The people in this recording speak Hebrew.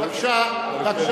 בבקשה.